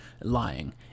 lying